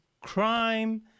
crime